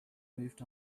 moved